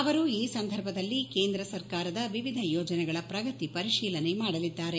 ಅವರು ಈ ಸಂದರ್ಭದಲ್ಲಿ ಕೇಂದ್ರ ಸರ್ಕಾರದ ವಿವಿಧ ಯೋಜನೆಗಳ ಪ್ರಗತಿ ಪರಿಶೀಲನೆ ಮಾಡಲಿದ್ದಾರೆ